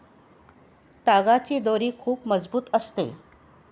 तागाची दोरी खूप मजबूत असते